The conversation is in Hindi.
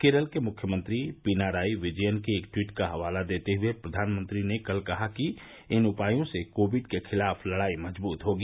केरल के मुख्यमंत्री पिनाराई विजयन के एक ट्वीट का हवाला देते हुए प्रधानमंत्री ने कल कहा कि इन उपायों से कोविड के खिलाफ लड़ाई मजबूत होगी